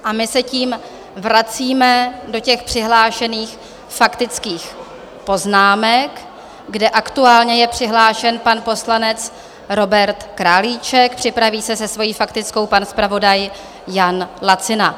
My se tím vracíme do těch přihlášených faktických poznámek, kde aktuálně je přihlášen pan poslanec Robert Králíček, připraví se se svou faktickou pan zpravodaj Jan Lacina.